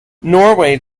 norway